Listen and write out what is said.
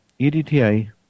EDTA